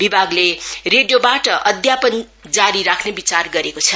विभागले रेडियोबाट अध्यापन जारी राख्ने विचार गरेको छ